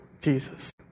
Jesus